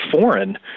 foreign